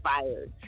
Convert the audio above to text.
fired